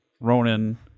Ronan